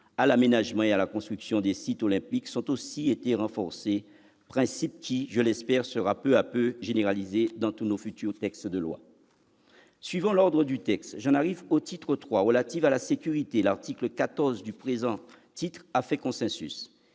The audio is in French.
à l'aménagement et à la construction des sites olympiques ont aussi été renforcées, ce qui, je l'espère, sera peu à peu généralisé dans nos futurs textes de loi. Suivant l'ordre du texte, j'en arrive au titre III, relatif à la sécurité. L'article 14 du présent titre a fait consensus